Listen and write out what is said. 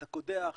אתה קודח,